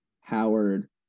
Howard